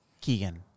Keegan